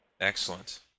Excellent